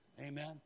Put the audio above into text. Amen